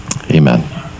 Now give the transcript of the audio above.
Amen